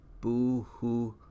Boohoo